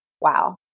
wow